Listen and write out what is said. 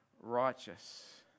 righteous